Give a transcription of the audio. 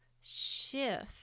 shift